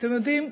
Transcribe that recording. אתם יודעים,